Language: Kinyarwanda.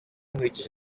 nkurikije